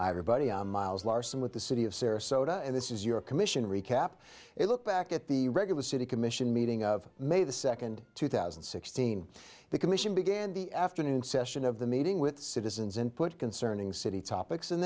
i'm miles larson with the city of sarasota and this is your commission recap a look back at the regular city commission meeting of may the second two thousand and sixteen the commission began the afternoon session of the meeting with citizens input concerning city topics and